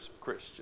Christian